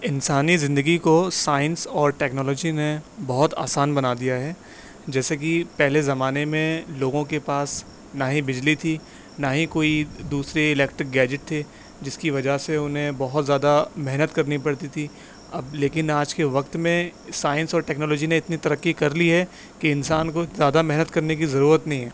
انسانی زندگی کو سائنس اور ٹیکنالوجی نے بہت آسان بنا دیا ہے جیسے کہ پہلے زمانے میں لوگوں کے پاس نہ ہی بجلی تھی نہ ہی کوئی دوسرے الیکٹرک گیجٹ تھے جس کی وجہ سے انہیں بہت زیادہ محنت کرنی پڑتی تھی اب لیکن آج کے وقت میں سائنس اور ٹیکنالوجی نے اتنی ترقی کر لی ہے کہ انسان کو زیادہ محنت کرنے کی ضرورت نہیں ہے